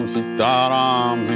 Sitaram